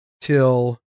till